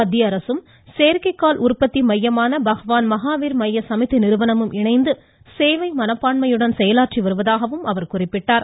மத்திய அரசும் செயற்கை கால் உற்பத்தி மையமான பஹ்வான் மகாவீர் மைய சமிதி நிறுவனமும் இணைந்து சேவை மனப்பான்மையுடன் செயலாற்றி வருவதாக குறிப்பிட்டார்